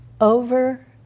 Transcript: over